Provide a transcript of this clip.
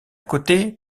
côté